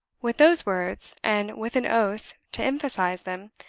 with those words, and with an oath to emphasize them,